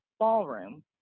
Ballroom